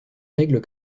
règles